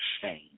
shame